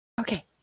okay